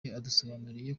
yadusobanuriye